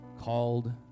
called